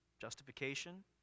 justification